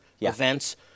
events